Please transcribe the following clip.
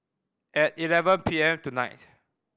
at eleven P M tonight